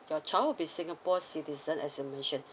your child will be singapore citizen as you mentioned